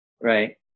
right